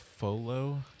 Folo